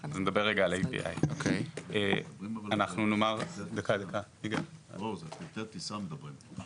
אז נדבר על API. על פרטי טיסה מדברים פה.